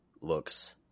looks